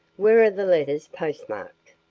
where are the letters postmarked?